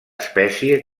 espècie